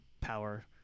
power